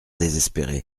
désespéré